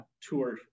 tour